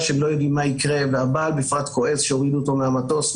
כשהם מבקשים: